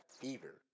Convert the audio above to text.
fever